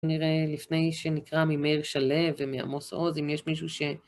נראה לפני שנקרא ממאיר שלו ומעמוס עוז, אם יש מישהו ש...